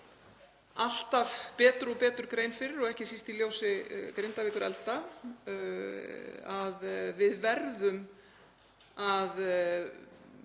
okkur betur og betur grein fyrir því, og ekki síst í ljósi Grindavíkurelda, að við verðum að